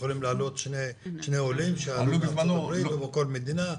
יכולים לעלות שני עולים מארצות הברית או מכל מדינה,